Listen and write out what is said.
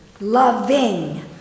Loving